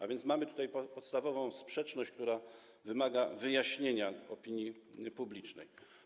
A więc mamy tutaj podstawową sprzeczność, która wymaga wyjaśnienia opinii publicznej.